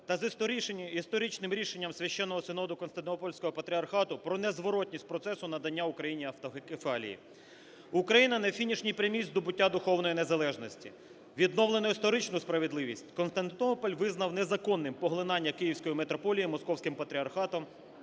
та з історичним рішенням Священного синоду Константинопольського патріархату про незворотність процесу надання Україні автокефалії. Україна на фінішній прямій здобуття духовної незалежності. Відновлено історичну справедливість. Константинополь визнав незаконним поглинання Київської метрополії Московським патріархатом